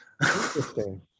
Interesting